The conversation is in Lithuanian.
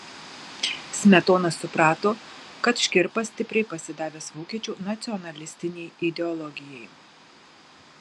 smetona suprato kad škirpa stipriai pasidavęs vokiečių nacionalsocialistinei ideologijai